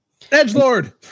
Edgelord